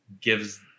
gives